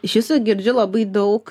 iš jūsų girdžiu labai daug